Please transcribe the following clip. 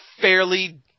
fairly